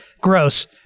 gross